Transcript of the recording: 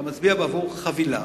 אתה מצביע בעבור חבילה,